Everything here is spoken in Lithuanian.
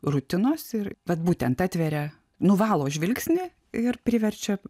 rutinos ir vat būtent atveria nuvalo žvilgsnį ir priverčia